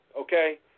okay